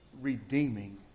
Redeeming